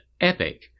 EPIC